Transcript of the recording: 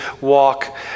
walk